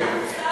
לא אמרתי,